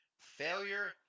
Failure